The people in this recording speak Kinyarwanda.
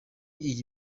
iyi